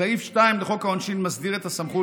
סעיף 2 לחוק העונשין מסדיר את הסמכות